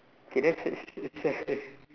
K that that's சரி:sari